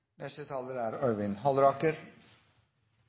Neste taler er